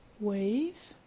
wave.